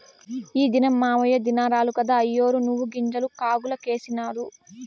ఈ దినం మాయవ్వ దినారాలు కదా, అయ్యోరు నువ్వుగింజలు కాగులకేసినారు